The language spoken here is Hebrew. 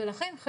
לכן,